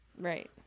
Right